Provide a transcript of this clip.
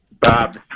bob